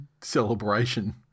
celebration